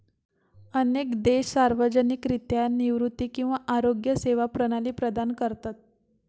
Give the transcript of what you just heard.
अनेक देश सार्वजनिकरित्या निवृत्ती किंवा आरोग्य सेवा प्रणाली प्रदान करतत